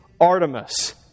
Artemis